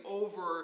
over